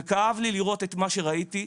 וכאב לי לראות את מה שראיתי.